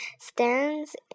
Stands